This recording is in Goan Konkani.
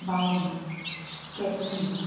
बामण कॅतलीक